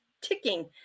ticking